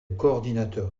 coordinateur